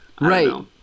Right